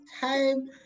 time